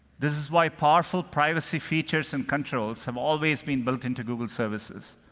this is why powerful privacy features and controls have always been built into google services.